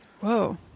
Whoa